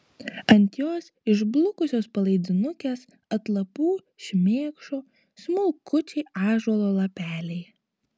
ant jos išblukusios palaidinukės atlapų šmėkšo smulkučiai ąžuolo lapeliai